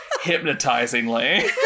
hypnotizingly